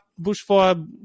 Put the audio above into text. bushfire